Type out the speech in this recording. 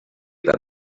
than